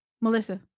Melissa